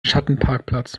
schattenparkplatz